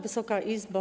Wysoka Izbo!